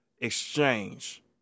exchange